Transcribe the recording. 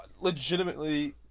legitimately